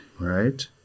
Right